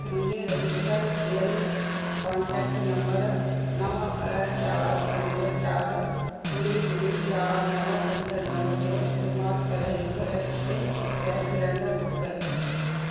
मुंहिंजे रजिस्टर थियल contact number नव ॿ चारि पंज चारि ॿुड़ी ॿुड़ी चारि नव पंज नव जो इस्तेमाल करे हिकु H P gas cylinder book कयो